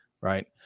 right